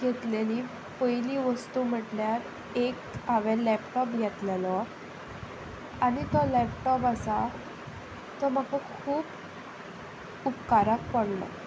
घेतलेली पयली वस्तू म्हटल्यार एक हांवें लॅपटॉप घेतलेलो आनी तो लॅपटॉप आसा तो म्हाका खूब उपकाराक पडलो